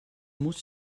muss